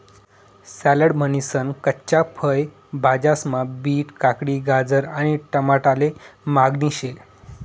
salad म्हनीसन कच्च्या फय भाज्यास्मा बीट, काकडी, गाजर आणि टमाटाले मागणी शे